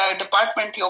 department